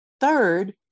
Third